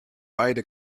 weide